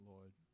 Lord